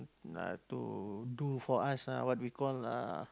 uh to do for us ah what we call uh